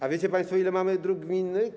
A wiecie państwo, ile mamy dróg gminnych?